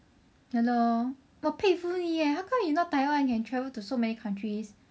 ya lor 我佩服你 leh how come you know Taiwan can travel to so many countries